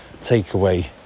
takeaway